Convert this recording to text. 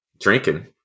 Drinking